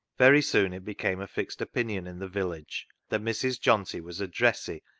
very soon it became a fixed opinion in the village that mrs. johnty was a dressy,